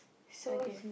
okay